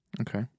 Okay